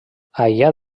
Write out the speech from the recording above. aïllat